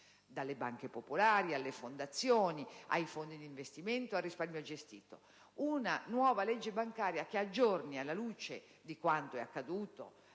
dalle banche popolari alle fondazioni, ai fondi d'investimento, al risparmio gestito. Una nuova legge bancaria che aggiorni, alla luce di quanto accaduto